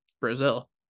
Brazil